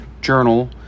Journal